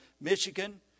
Michigan